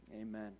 amen